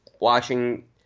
watching